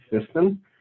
system